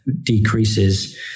decreases